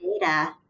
data